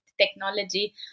technology